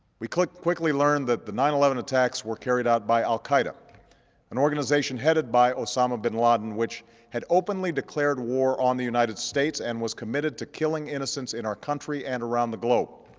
we quickly learned that the nine eleven attacks were carried out by al qaeda an organization headed by osama bin laden, which had openly declared war on the united states and was committed to killing innocents in our country and around the globe.